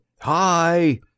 Hi